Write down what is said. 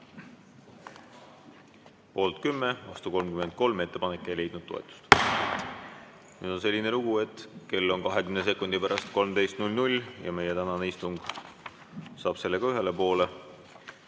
Poolt 10, vastu 33, ettepanek ei leidnud toetust. Nüüd on selline lugu, et kell on 20 sekundi pärast 13 ja meie tänane istung saab sellega ühele poole.